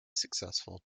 successful